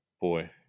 boy